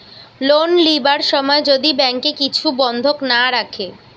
loan লিবার সময় যদি ব্যাংকে কিছু বন্ধক না রাখে